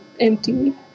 empty